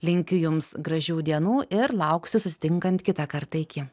linkiu jums gražių dienų ir lauksiu susitinkant kitą kartą iki